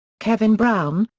kevin brown,